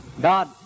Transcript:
God